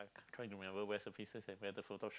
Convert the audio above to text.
can't remember where's the face where the photo